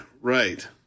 Right